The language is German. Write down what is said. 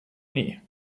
nie